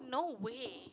no way